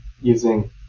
using